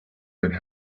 could